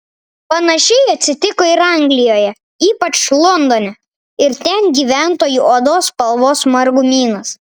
panašiai atsitiko ir anglijoje ypač londone ir ten gyventojų odos spalvos margumynas